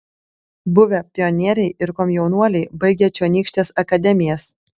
buvę pionieriai ir komjaunuoliai baigę čionykštes akademijas